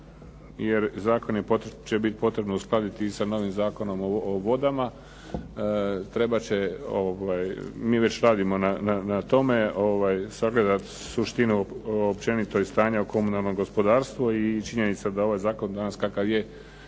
jer zakon će biti potrebno uskladiti sa novim Zakonom o vodama. Trebat će, mi već radimo na tome sagledati suštinu općenito i stanje u komunalnom gospodarstvu i činjenica da ovaj zakon danas kakav je